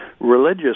religious